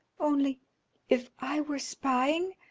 only if i were spying,